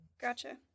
Gotcha